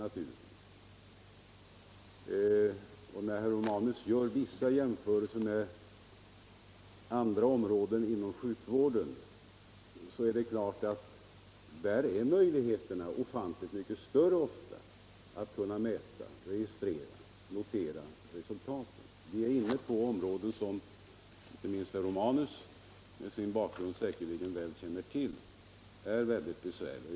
Herr Romanus gör vissa jämförelser med andra områden inom sjukvården, men där är ofta möjligheterna ofantligt mycket större att kunna mäta, registrera och notera resultaten. Vi är här inne på områden som — det känner säkerligen inte minst herr Romanus med sin bakgrund väl till — är mycket besvärliga.